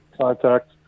contact